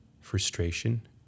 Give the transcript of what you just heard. frustration